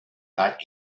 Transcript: like